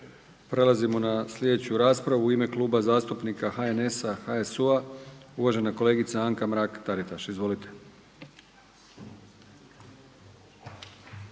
Prelazimo na sljedeću raspravu. U ime Kluba zastupnika HNS-a, HSU-a uvažena kolegica Anka Mrak-Taritaš. Izvolite.